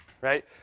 right